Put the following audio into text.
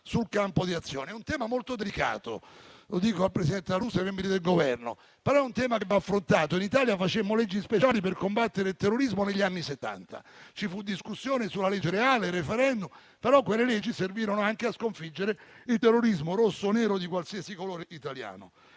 sul campo di azione. È un tema molto delicato - lo dico al presidente La Russa e ai membri del Governo - ma va affrontato. In Italia facemmo leggi speciali per combattere il terrorismo negli anni '70; ci furono una discussione sulla legge Reale e un *referendum*, ma quelle leggi servirono anche a sconfiggere il terrorismo italiano rosso, nero o di qualsiasi colore.